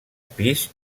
pis